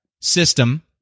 system